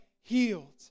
healed